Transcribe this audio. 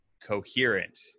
coherent